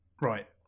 Right